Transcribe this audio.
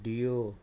deo